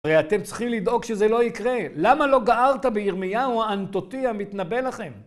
הרי אתם צריכים לדאוג שזה לא יקרה. למה לא גערת בירמיהו האנטוטי המתנבא לכם?